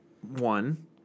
one